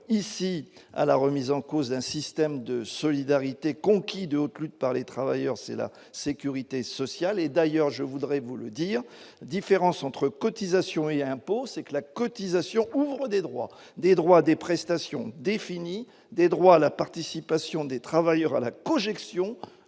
ici, à la remise en cause d'un système de solidarité conquis de haute lutte par les travailleurs, c'est la sécurité sociale et d'ailleurs, je voudrais vous le dire, différence entre cotisations et impôts, c'est que la cotisation des droits, des droits des prestations définies des droits à la participation des travailleurs à la projection